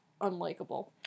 unlikable